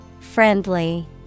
Friendly